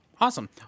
Awesome